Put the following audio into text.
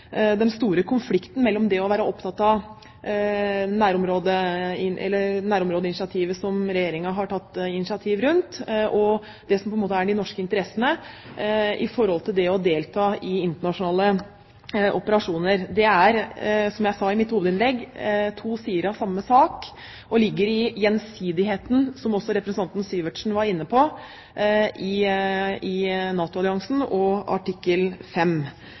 den store konflikten mellom det å være opptatt av nærområdeinitiativet, som Regjeringen har tatt, og det som er de norske interessene når det gjelder det å delta i internasjonale operasjoner. Det er – som jeg sa i mitt hovedinnlegg – to sider av samme sak og ligger i gjensidigheten, som også representanten Syversen var inne på, i NATO-alliansen og artikkel